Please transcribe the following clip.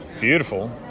beautiful